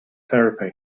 therapy